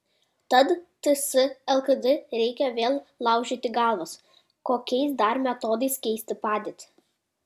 tad ts lkd reikia vėl laužyti galvas kokiais dar metodais keisti padėtį